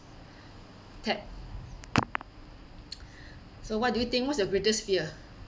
tap so what do you think what's your greatest fear